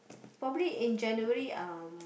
probably in January um